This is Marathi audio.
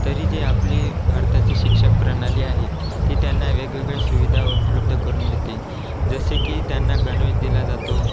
तरी जी आपली भारताची शिक्षणप्रणाली आहे ती त्यांना वेगवेगळ्या सुविधा उपलब्ध करून देते जसे की त्यांना गणवेश दिला जातो